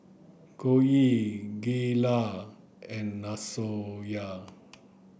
Coen Gayla and Lasonya